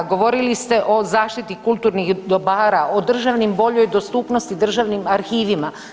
Govorili ste o zaštiti kulturnih dobara, o državnoj i boljoj dostupnosti državnim arhivima.